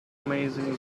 amazing